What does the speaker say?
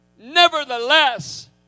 nevertheless